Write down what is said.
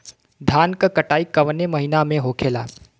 धान क कटाई कवने महीना में होखेला?